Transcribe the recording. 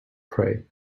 pray